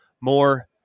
more